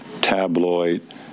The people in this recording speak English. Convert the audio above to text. tabloid